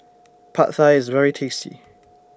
Pad Thai IS very tasty